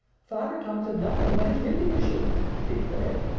father talks of nothing but his reaping machines, she declared.